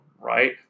right